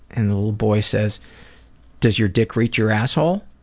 and little boy says does your dick reach your asshole?